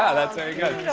ah that's very good.